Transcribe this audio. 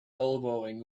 elbowing